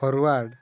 forward